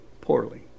poorly